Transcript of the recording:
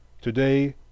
Today